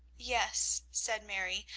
yes, said mary,